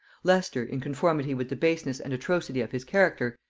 leicester, in conformity with the baseness and atrocity of his character,